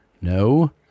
no